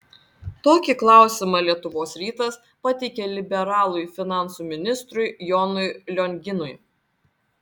tokį klausimą lietuvos rytas pateikė liberalui finansų ministrui jonui lionginui